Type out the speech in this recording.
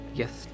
Yes